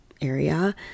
area